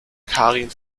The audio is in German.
karin